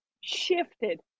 shifted